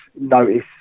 notice